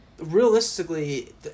realistically